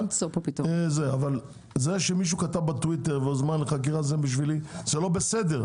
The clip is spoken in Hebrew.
זה שמישהו כתב בטוייטר וזמן חקירה, זה לא בסדר.